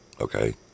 okay